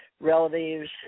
relatives